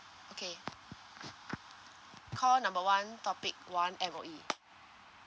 okay call number one topic one M_O_E